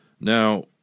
Now